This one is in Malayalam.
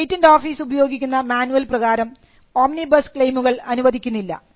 പേറ്റൻറ് ഓഫീസ് ഉപയോഗിക്കുന്ന മാനുവൽ പ്രകാരം ഓമ്നിബസ് ക്ളെയിമുകൾ അനുവദിക്കുന്നില്ല